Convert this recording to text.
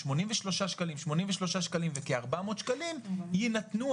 ה-83 שקלים וכ-400 שקלים יינתנו,